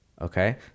okay